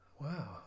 Wow